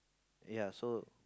ya so